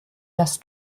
das